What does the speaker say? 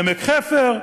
לעמק-חפר,